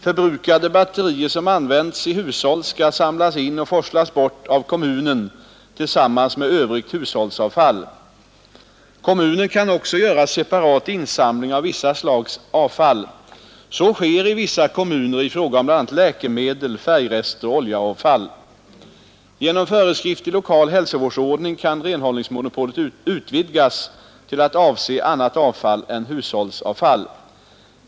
Förbrukade batterier, som använts i hushåll, skall samlas in och forslas bort av kommunen tillsammans med övrigt hushållsavfall. Kommunen kan också göra separat insamling av vissa slags avfall. Så sker i vissa kommuner i fråga om bl.a. läkemedel, färgrester och oljeavfall. Genom föreskrift i lokal hälsovårdsordning kan renhållningsmonopolet utvidgas till att avse annat avfall än hushållsavfall.